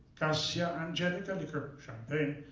cassia-angelica liquor, champagne,